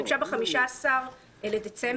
היא הוגשה ב-15 בדצמבר,